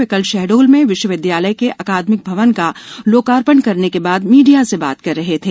वे कल शहडोल विश्वविदयालय के अकादमिक भवन का लोकापर्ण करने बाद मीडिया से बात कर रहे थे